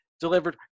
delivered